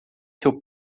seu